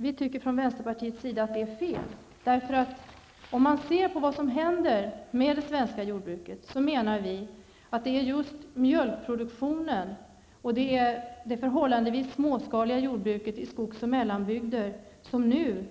Vi tycker från vänsterpartiets sida att det är fel med hänsyn till vad som händer med det svenska jordbruket. Just mjölkproduktionen och det förhållandevis småskaliga jordbruket i skogs och mellanbygder är nu